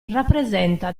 rappresenta